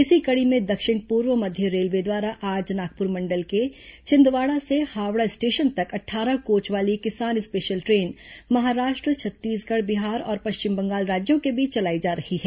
इसी कड़ी में दक्षिण पूर्व मध्य रेलवे द्वारा आज नागपुर मंडल के छिंदवाड़ा से हावड़ा स्टेशन तक अट्ठारह कोच वाली किसान स्पेशल द्रेन महाराष्ट्र छ र ाी सगढ़ बिहार और पश्चिम बंगाल राज्यों के बीच चलाई जा रही है